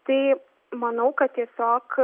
tai manau kad tiesiog